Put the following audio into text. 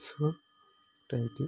so thank you